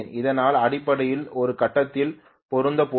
அதனால் அடிப்படையில் ஒரு கட்டத்தில் பொருந்தப் போகிறது